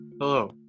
Hello